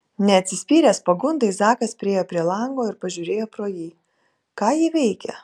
neatsispyręs pagundai zakas priėjo prie lango ir pažiūrėjo pro jį ką ji veikia